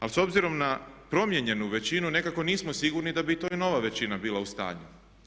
Ali s obzirom na promijenjenu većinu nekako nismo sigurni da bi to i nova većina bila u stanju.